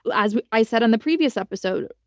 as i said in the previous episode,